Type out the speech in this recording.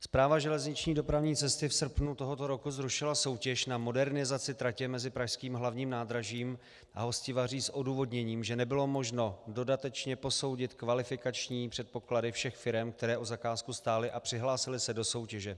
Správa železniční dopravní cesty v srpnu tohoto roku zrušila soutěž na modernizaci tratě mezi pražským Hlavním nádražím a Hostivaří s odůvodněním, že nebylo možno dodatečně posoudit kvalifikační předpoklady všech firem, které o zakázku stály a přihlásily se do soutěže.